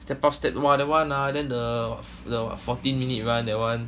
step up step !wah! that one ah then the the fourteen minute run that one